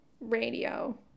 radio